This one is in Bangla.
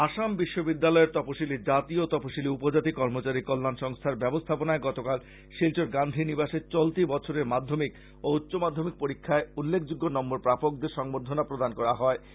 আসাম বিশ্ববিদ্যালয়ের তপশীলি জাতি ও তপশীলি উপজাতি কর্মচারী কল্যান সংস্থার ব্যবস্থাপনায় গতকাল শিলচর গান্ধী নিবাসে চলতি বছরের মাধ্যমিক ও উচ্চ মাধ্যমিক পরীক্ষায় উল্লেখযোগ্য নম্বর প্রাপকদের সংবর্ধনা প্রদান করা হয়েছে